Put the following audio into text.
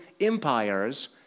empires